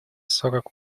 сорок